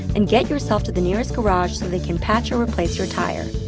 and get yourself to the nearest garage so they can patch or replace your tire!